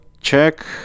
check